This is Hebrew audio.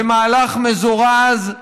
במהלך מזורז,